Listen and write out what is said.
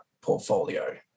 portfolio